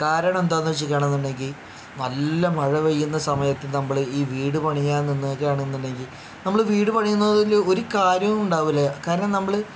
കാരണം എന്താന്ന് വെച്ചിരിക്കുകയാണ് എന്നുണ്ടെങ്കിൽ നല്ല മഴ പെയ്യുന്ന സമയത്ത് നമ്മൾ ഈ വീട് പണിയാൻ നിൽക്കുകയാണെന്ന് ഉണ്ടെങ്കിൽ നമ്മൾ വീട് പണിയുന്നതിൽ ഒരു കാര്യവും ഉണ്ടാവുകയില്ല കാരണം നമ്മൾ